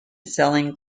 selling